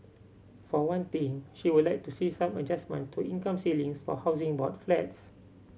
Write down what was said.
for one thing she would like to see some adjustment to income ceilings for Housing Board flats